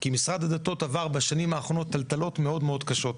כי משרד הדתות עבר בשנים האחרונות טלטלות מאוד מאוד קשות,